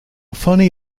funny